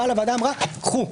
באה לוועדה ואמרה: קחו.